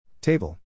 Table